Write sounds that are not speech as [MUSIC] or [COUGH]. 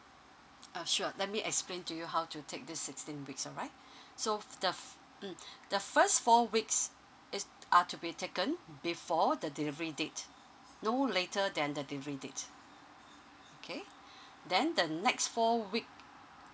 uh sure let me explain to you how to take this sixteen weeks alright [BREATH] so the mm the first four weeks it's are to be taken before the delivery date no later than the delivery date okay [BREATH] then the next four week